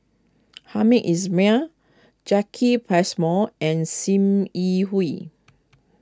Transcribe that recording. Hamed Ismail Jacki Passmore and Sim Yi Hui